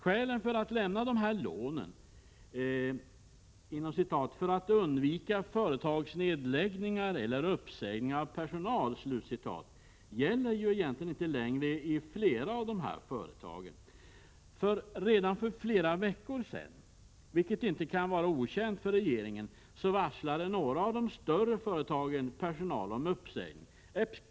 Skälen för att lämna dessa lån ”för att undvika företagsnedläggning och uppsägning av personal” gäller egentligen inte längre i flera av dessa företag. Redan för flera veckor sedan — vilket inte kan vara okänt för regeringen — varslade nämligen några av de större företagen personal om uppsägning.